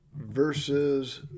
versus